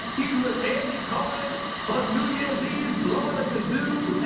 he's with andy cohen on new year's eve, blowing a kazoo.